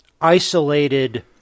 isolated